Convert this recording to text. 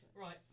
Right